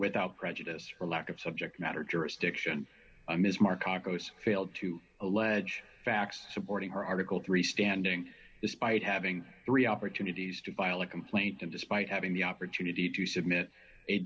without prejudice for lack of subject matter jurisdiction i'm is markos failed to allege facts supporting her article three standing despite having three opportunities to violate complaint and despite having the opportunity to submit a